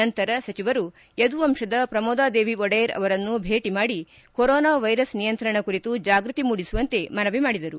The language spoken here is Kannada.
ನಂತರ ಸಚಿವರು ಯದುವಂತದ ಪ್ರಮೋದಾ ದೇವಿ ಒಡೆಯರ್ ಅವರನ್ನು ಭೇಟ ಮಾಡಿ ಕೊರೊನಾ ವೈರಸ್ ನಿಯಂತ್ರಣ ಕುರಿತು ಜಾಗ್ಬತಿ ಮೂಡಿಸುವಂತೆ ಮನವಿ ಮಾಡಿದರು